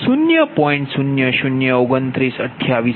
002928 p